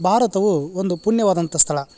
ಭಾರತವು ಒಂದು ಪುಣ್ಯವಾದಂಥ ಸ್ಥಳ